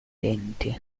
denti